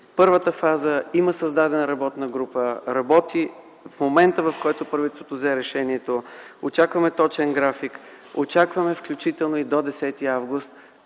първата фаза има създадена работна група, работи в момента, в който правителството взе решението. Очакваме точен график, очакваме, включително до 10 август,